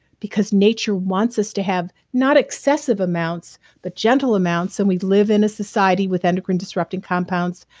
because nature wants us to have not excessive amounts, but gentle amounts and we live in a society with endocrine disrupting companions.